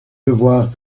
devoirs